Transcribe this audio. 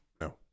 no